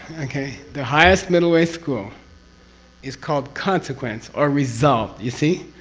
okay, the highest middle way school is called consequence or result, you see?